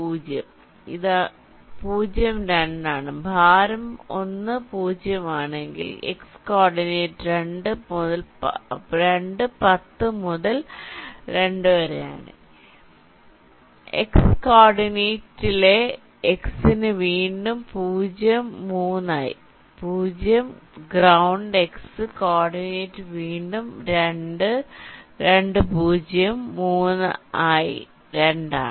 0 ഇത് 02 ആണ് ഭാരം 10 ആണെങ്കിൽ x കോർഡിനേറ്റ് 2 10 മുതൽ 2 വരെയാണ് x കോർഡിനേറ്റിലെ x ന് വീണ്ടും 0 3 ആയി 0 ഗ്രൌണ്ട് x കോർഡിനേറ്റ് വീണ്ടും 2 20 3 ആയി 2 ആണ്